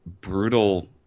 brutal